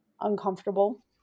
uncomfortable